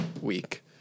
week